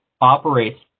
operates